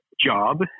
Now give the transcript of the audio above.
job